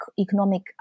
economic